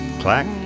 clack